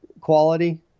quality